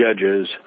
judges